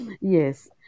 Yes